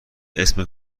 اسم